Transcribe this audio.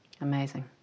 Amazing